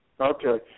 Okay